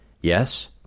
Yes